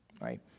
right